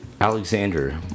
Alexander